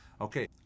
Okay